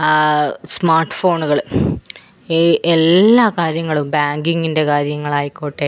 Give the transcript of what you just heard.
smart ഫോണുകൾ ഈ എല്ലാ കാര്യങ്ങളും ബാങ്കിങ്ങിൻ്റെ കാര്യങ്ങളായിക്കോട്ടെ